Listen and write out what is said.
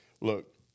Look